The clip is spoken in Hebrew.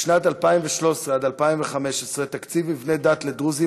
בשנים 2013 עד 2015 תקציב מבני דת לדרוזים